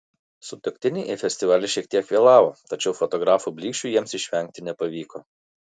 sutuoktiniai į festivalį šiek tiek vėlavo tačiau fotografų blyksčių jiems išvengti nepavyko